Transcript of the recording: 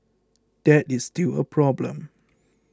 that is still a problem